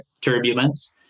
turbulence